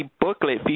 booklet